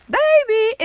baby